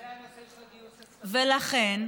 מתי הנושא של הגיוס, ולכן,